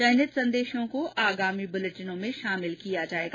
चयनित संदेशों को आगामी बुलेटिनों में शामिल किया जाएगा